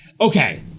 Okay